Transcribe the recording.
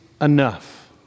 enough